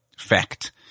fact